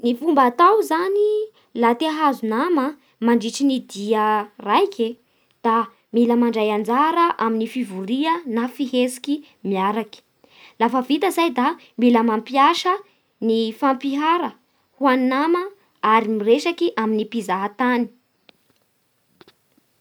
Ny atao zany laha te hahazo nama nadritra ny dia raiky e, da mila mandray anjara amin'ny fivoria na anin'ny fihetsiky miaraky, lafa vita zay da mila mampiasa fampihara amin'ny nama ary miaresaky amin'ny mpizaha tany.